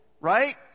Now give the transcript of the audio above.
Right